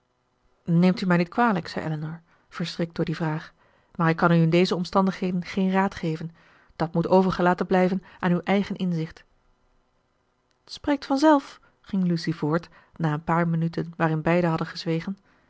neemt u mij niet kwalijk zei elinor verschrikt door die vraag maar ik kan u in deze omstandigheden geen raad geven dat moet overgelaten blijven aan uw eigen inzicht t spreekt van zelf ging lucy voort na een paar minuten waarin beiden hadden gezwegen